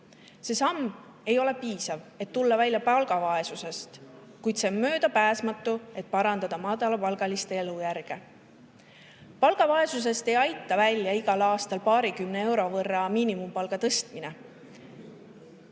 samm ei ole piisav, et tulla välja palgavaesusest, kuid see on möödapääsmatu, et parandada madalapalgaliste elujärge. Palgavaesusest ei aita välja igal aastal paarikümne euro võrra miinimumpalga tõstmine.